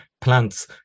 plants